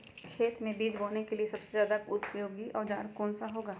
खेत मै बीज बोने के लिए सबसे ज्यादा उपयोगी औजार कौन सा होगा?